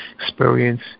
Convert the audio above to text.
experience